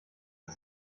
ist